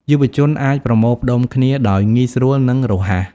យុវជនអាចប្រមូលផ្ដុំគ្នាដោយងាយស្រួលនិងរហ័ស។